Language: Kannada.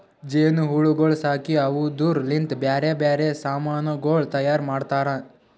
ಜೇನು ಹುಳಗೊಳ್ ಸಾಕಿ ಅವುದುರ್ ಲಿಂತ್ ಬ್ಯಾರೆ ಬ್ಯಾರೆ ಸಮಾನಗೊಳ್ ತೈಯಾರ್ ಮಾಡ್ತಾರ